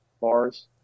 bars